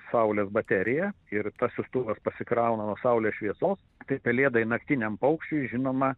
saulės baterija ir tas siųstuvas pasikrauna nuo saulės šviesos tai pelėdai naktiniam paukščiui žinoma